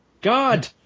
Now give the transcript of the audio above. God